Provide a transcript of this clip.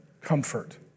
comfort